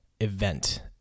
event